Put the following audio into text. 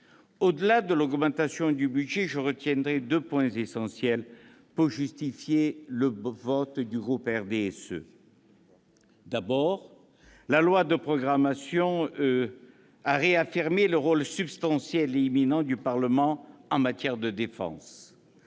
Au-delà de l'augmentation du budget, je retiendrai deux points essentiels pour justifier le vote du groupe du RDSE. D'abord, le projet de loi de programmation réaffirme le rôle substantiel et éminent du Parlement en matière de défense